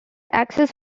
access